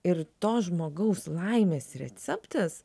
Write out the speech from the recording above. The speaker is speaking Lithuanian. ir to žmogaus laimės receptas